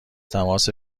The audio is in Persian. تماس